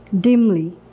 dimly